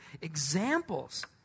examples